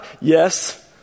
Yes